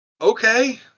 Okay